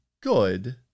good